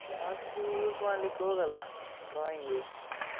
ಜಾಸ್ತಿ ಯೂಸ್ ಮಾಡ್ಲಿಕ್ಕೆ ಹೋಗಲ್ಲ ಡ್ರಾಯಿಂಗ್